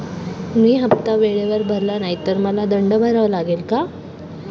मी हफ्ता वेळेवर भरला नाही तर मला दंड भरावा लागेल का?